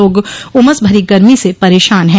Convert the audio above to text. लोग उमस भरी गर्मी से परेशान है